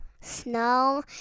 snow